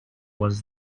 was